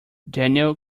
daniel